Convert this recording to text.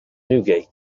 newgate